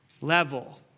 level